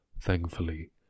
thankfully